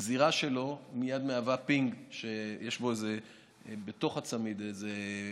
גזירה שלו מייד מהווה, יש בתוך הצמיד איזה,